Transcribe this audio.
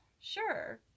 Sure